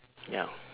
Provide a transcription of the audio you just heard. ya